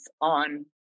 on